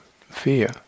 fear